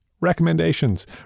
recommendations